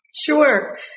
Sure